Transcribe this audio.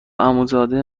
عموزاده